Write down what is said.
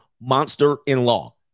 Monster-in-law